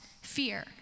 fear